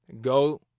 Go